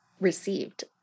received